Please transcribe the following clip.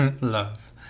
love